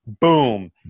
boom